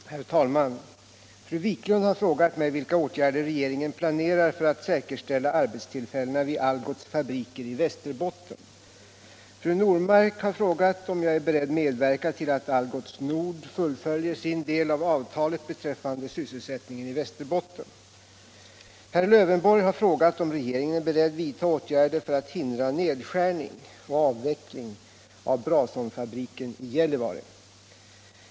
Herr talman! Fru Wiklund har frågat mig vilka åtgärder regeringen planerar för att säkerställa arbetstillfällena vid Algots fabriker i Västerbotten. Fru Normark har frågat om jag är beredd medverka till att Algots Nord fullföljer sin del av avtalet beträffande sysselsättningen i Västerbotten. Herr Lövenborg har frågat om regeringen är beredd vidta åtgärder för att hindra nedskärning och avveckling av Brason-fabriken i Gällivare.